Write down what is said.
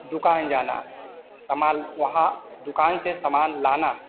दुकान जाना है सामान वहाँ दुकान से समान लाना है